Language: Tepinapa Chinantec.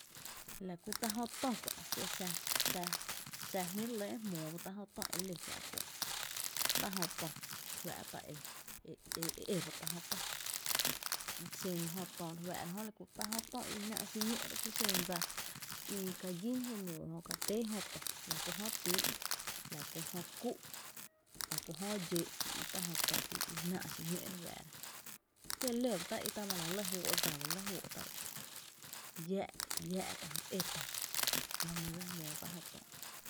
La kú tá’jö tö kö’ kié’ xa xa, xa e jmí’ re lɇ e jmóo ba tá’ jö tö e ló kiä’ k´’un, tá’ jö tö fá’ tá’ e é ba tá’ jö tö xen jö t¨’ re fáá’ra jö, la ku tá’ jö tö i náá’ xiñó’ ró’, ki xen dsa i ka gín jenuu jö ka téé jö tö, la kú jö tíi’ la ku jö kú’, la kú jö dxóó’ i i tá’ jö tö i náá’ xiñó’ re fáá’ra, kié’ ló ba tá’ i i kie’ ma la lɇ fóó’ dsa ba lɇ fóó’ tá’ i i, lláá’ tá jö, é tá’jö, la nɇ jmóo tá’ jö tö i.